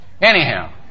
Anyhow